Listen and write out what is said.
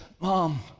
Mom